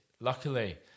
luckily